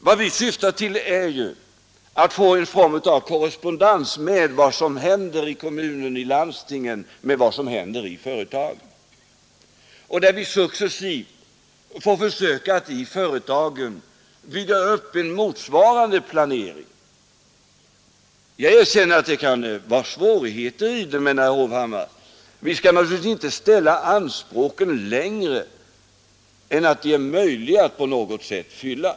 Vad vi syftar till är ju att få en form av korrespondens mellan vad som händer i kommunerna och i landstingen och vad som händer i företagen, där vi dessutom får försöka att i företagen bygga upp en motsvarande planering. Jag erkänner att det kan vara svårt, men, herr Hovhammar, vi skall naturligtvis inte sträcka anspråken längre än att de är möjliga att på något sätt fylla.